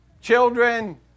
children